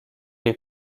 est